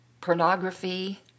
pornography